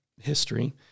history